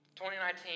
2019